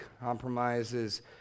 compromises